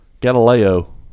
Galileo